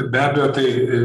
be abejo tai